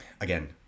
again